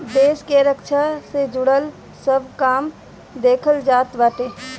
देस के रक्षा से जुड़ल सब काम देखल जात बाटे